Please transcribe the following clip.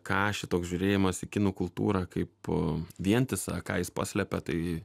ką šitoks žiūrėjimas į kinų kultūrą kai vientisą ką jis paslepia tai